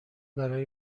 برای